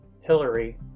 hillary